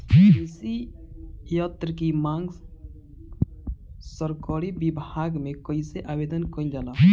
कृषि यत्र की मांग सरकरी विभाग में कइसे आवेदन कइल जाला?